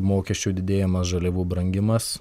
mokesčių didėjimas žaliavų brangimas